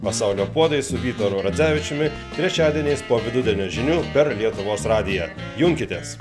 pasaulio puodai su vytaru radzevičiumi trečiadieniais po vidudienio žinių per lietuvos radiją junkitės